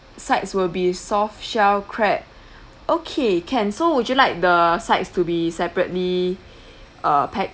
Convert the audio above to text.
sides will be soft shell crab okay can so would you like the sides to be separately uh pack